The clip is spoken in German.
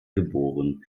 geboren